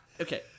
Okay